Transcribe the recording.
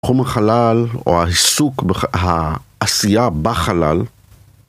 תחום החלל, או העיסוק, העשייה בחלל.